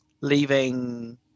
leaving